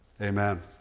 amen